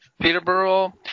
Peterborough